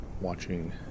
watching